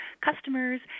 customers